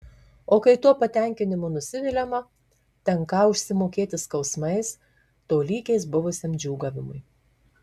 o kai tuo patenkinimu nusiviliama tenką užsimokėti skausmais tolygiais buvusiam džiūgavimui